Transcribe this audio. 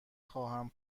خواهم